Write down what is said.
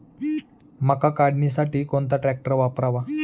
मका काढणीसाठी कोणता ट्रॅक्टर वापरावा?